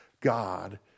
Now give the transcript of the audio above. God